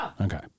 Okay